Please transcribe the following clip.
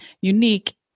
unique